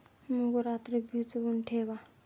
मूग रात्री भिजवून ठेवा